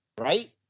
Right